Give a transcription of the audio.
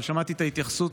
אבל שמעתי את ההתייחסות,